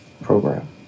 program